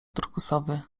turkusowy